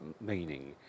meaning